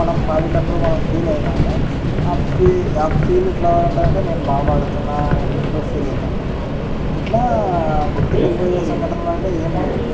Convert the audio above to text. మనం పాడేటప్పుడు మనం ఫీల్ అవుతాము ఆ ఫీల్ ఎట్లా ఉంటుంది అంటే నేను బాగా పాడుతున్నా అనేటట్లు ఫీల్ అవుతాము ఇట్లా గుర్తిండిపోయే సంఘటనలు అంటే ఏం లేవు